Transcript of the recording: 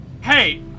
Hey